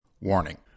Warning